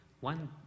one